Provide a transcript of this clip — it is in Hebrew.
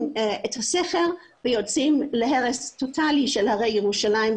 את הסכר ויוצאים להרס טוטאלי של הרי ירושלים.